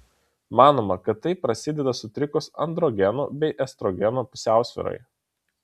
manoma kad tai prasideda sutrikus androgenų bei estrogenų pusiausvyrai